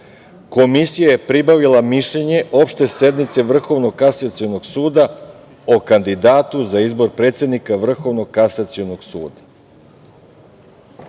Komisija je pribavila mišljenje opšte sednice Vrhovnog kasacionog suda o kandidatu za izbor predsednika Vrhovnog kasacionog suda. Dame